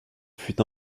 fut